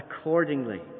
accordingly